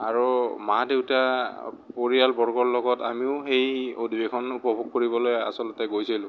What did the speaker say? আৰু মা দেউতা পৰিয়াল বৰ্গৰ লগত আমিও সেই অধিৱেশন উপভোগ কৰিবলৈ আচলতে গৈছিলোঁ